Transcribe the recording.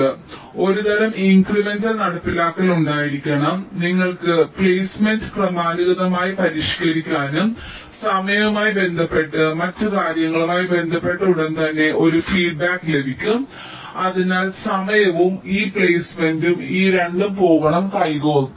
അതിനാൽ ഒരുതരം ഇൻക്രിമെന്റൽ നടപ്പിലാക്കൽ ഉണ്ടായിരിക്കണം അതിനാൽ നിങ്ങൾക്ക് പ്ലെയ്സ്മെന്റ് ക്രമാനുഗതമായി പരിഷ്ക്കരിക്കാനും സമയവുമായി ബന്ധപ്പെട്ട മറ്റ് കാര്യങ്ങളുമായി ബന്ധപ്പെട്ട് ഉടൻ തന്നെ ഒരു ഫീഡ്ബാക്ക് ലഭിക്കും അതിനാൽ സമയവും ഈ പ്ലെയ്സ്മെന്റും ഈ 2 പോകണം കൈകോർത്തു